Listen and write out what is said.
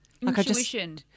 Intuition